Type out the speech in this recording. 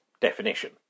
definition